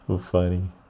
Funny